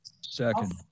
second